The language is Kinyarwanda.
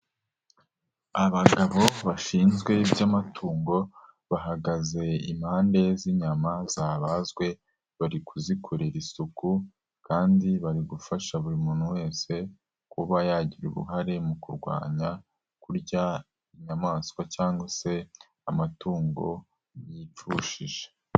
Abagabo bashinzwe iby'amatungo bahagaze impande z'inyama zabazwe bari kuzikorera isuku, kandi bari gufasha buri muntu wese kuba yagira uruhare mu kurwanya kurya inyamaswa cyangwa se amatungo yipfushije.